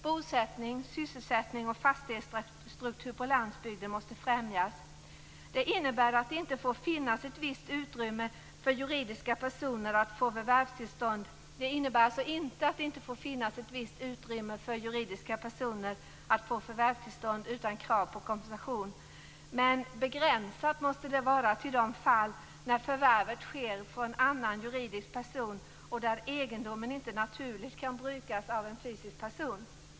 Bosättning, sysselsättning och fastighetsstruktur på landsbygden måste främjas. Det innebär inte att det inte får finnas ett visst utrymme för juridiska personer att få förvärvstillstånd utan krav på kompensation, men begränsat till de fall när förvärvet sker från annan juridisk person och där egendomen inte naturligt kan brukas av en fysisk person.